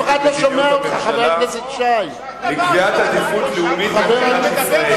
מדיניות הממשלה לקביעת עדיפות לאומית במדינת ישראל,